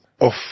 off